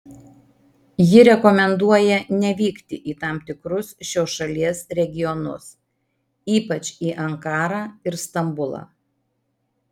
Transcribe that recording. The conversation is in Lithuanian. ji rekomenduoja nevykti į tam tikrus šios šalies regionus ypač į ankarą ir stambulą